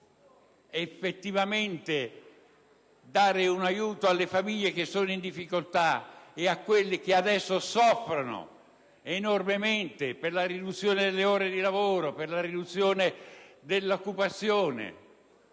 e per dare un aiuto alle famiglie in difficoltà e a coloro che adesso soffrono enormemente per la riduzione delle ore di lavoro e per la riduzione dell'occupazione.